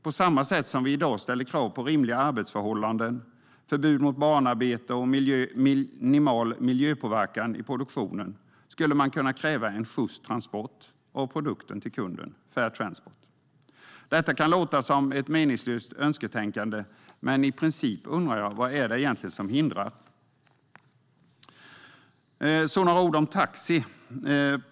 På samma sätt som vi i dag ställer krav på rimliga arbetsförhållanden, förbud mot barnarbete och minimal miljöpåverkan i produktionen skulle vi kunna kräva en sjyst transport av produkten till kunden - Fair Transport. Detta kan låta som ett meningslöst önsketänkande. Men i princip undrar jag vad det egentligen är som hindrar. Jag ska tala lite grann om taxi.